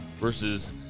versus